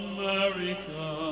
America